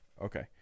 Okay